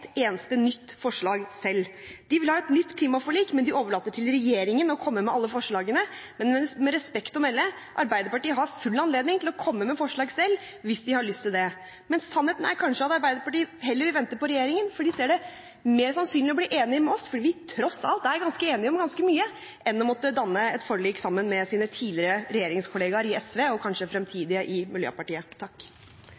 eneste nytt forslag selv. De vil ha et nytt klimaforlik, men de overlater til regjeringen å komme med alle forslagene. Med respekt å melde: Arbeiderpartiet har full anledning til å komme med forslag selv, hvis de har lyst til det. Men sannheten er kanskje at Arbeiderpartiet heller vil vente på regjeringen, fordi de ser det som mer sannsynlig å bli enige med oss – fordi vi tross alt er ganske enige om ganske mye – enn å måtte danne et forlik sammen med sine tidligere regjeringskolleger i SV og kanskje fremtidige i Miljøpartiet